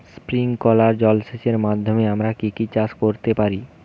Sprinkler জলসেচের মাধ্যমে আমরা কি কি চাষ করতে পারি?